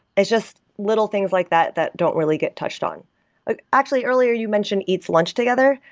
it's just little things like that that don't really get touched on actually, earlier you mentioned eats lunch together.